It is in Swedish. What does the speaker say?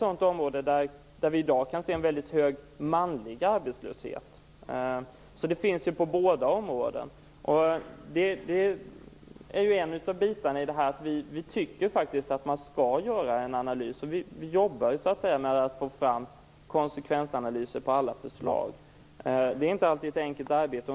Det finns konsekvenser på båda områdena. Vi tycker faktiskt att man skall göra en analys, och vi jobbar med att få fram konsekvensanalyser av alla förslag. Det är inte alltid ett enkelt arbete.